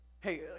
Hey